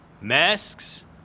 Masks